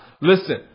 Listen